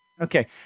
Okay